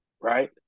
right